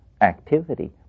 activity